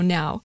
now